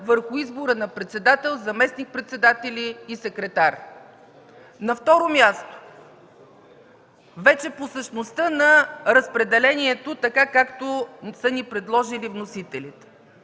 върху избора на председател, заместник-председатели и секретар. На второ място, вече по същността на разпределението, така както са ни го предложили вносителите.